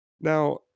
Now